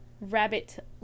rabbit